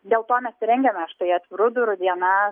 dėl to mes ir rengiame štai atvirų durų dienas